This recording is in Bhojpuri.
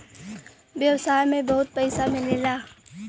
व्यवसाय में बहुत पइसा मिलेला